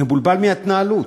מבולבל מההתנהלות.